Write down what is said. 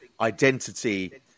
identity